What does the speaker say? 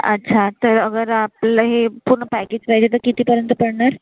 अच्छा तर अगर आपलं हे पूर्ण पॅकेज पाहिजे तर कितीपर्यंत पडणार